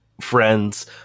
friends